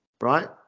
right